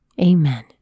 Amen